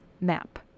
map